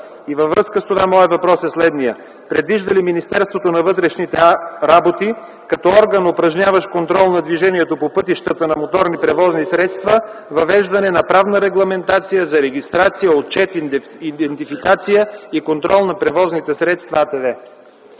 за това. Моят въпрос е следният: предвижда ли Министерството на вътрешните работи като орган, упражняващ контрол на движението по пътищата на моторните превозни средства, въвеждане на правна регламентация за регистрация, отчет, идентификация и контрол на превозните средства АТВ.